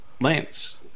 Lance